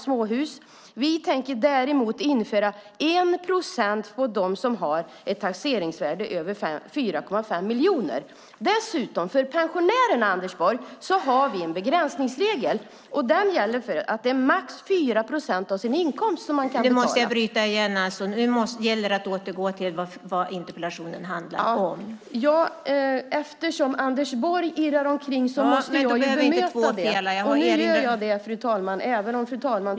Däremot tänker vi införa 1 procent för dem som har ett hus med ett taxeringsvärde över 4,5 miljoner. Dessutom har vi för pensionärerna, Anders Borg, en begränsningsregel. Den innebär att man ska betala max 4 procent av sin inkomst.